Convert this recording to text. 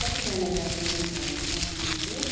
कतिजना जाँदैछौँ भने चाहिँ हामी चाहिँ